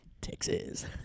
Texas